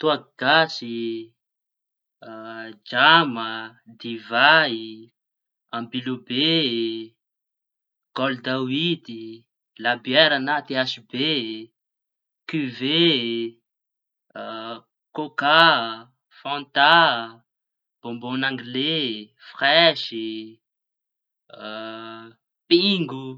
Tôaky gasy, jàma, divay, ambilobe, gôldaoïty, labera na THB, kiove, kôka, fanta, bonbon'angley, fresy, pingo.